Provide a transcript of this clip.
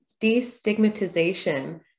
destigmatization